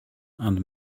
and